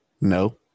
No